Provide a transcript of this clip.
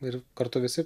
ir kartu visi